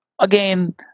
again